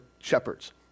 shepherds